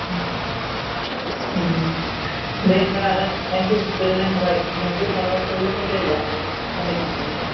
दे होनबालाय आदा thank you गोजोननाय थाबाय नोंखौ माबाफोर प्रब्लेमफोर जायोब्ला आङो कन्टेक खालायगोन आरो